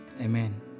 Amen